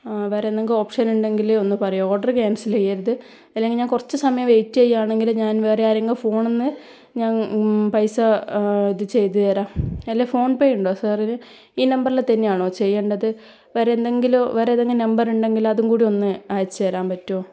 വേറെ എന്തെങ്കിലും ഓപ്ഷൻ ഉണ്ടെങ്കില് ഒന്നു പറയുവോ ഓഡർ ക്യാൻസൽ ചെയ്യരുത് അല്ലെങ്കിൽ ഞാൻ കുറച്ച് സമയം വെയിറ്റ് ചെയ്യാണെങ്കിൽ ഞാൻ വേറെ ആരുടെയെങ്കിലും ഫോണിൽ നിന്ന് ഞാൻ പൈസ ഇത് ചെയ്തു തരാം അല്ലേൽ ഫോൺ പേ ഉണ്ടോ സാറിന് ഈ നമ്പറിൽ തന്നെയാണോ ചെയ്യേണ്ടത് വേറെ എന്തെങ്കിലും വേറെ ഏതെങ്കിലും നമ്പർ ഉണ്ടെങ്കിൽ അതും കൂടി ഒന്ന് അയച്ചു തരാൻ പറ്റുവോ